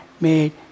made